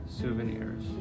souvenirs